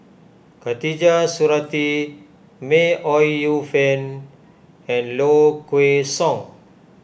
Khatijah Surattee May Ooi Yu Fen and Low Kway Song